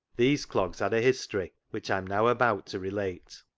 these clogs had a history which i am now about to relate.